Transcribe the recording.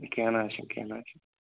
کیٚنہہ نہٕ حظ چھِنہٕ کیٚنہہ نہٕ حظ چھِ